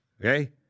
Okay